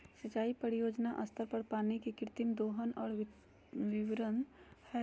सिंचाई परियोजना स्तर पर पानी के कृत्रिम दोहन और वितरण हइ